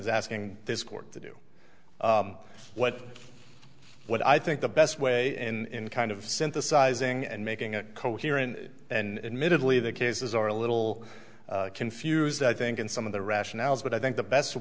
is asking this court to do what what i think the best way in kind of synthesizing and making it coherent and mid leave the cases are a little confused i think in some of the rationales but i think the best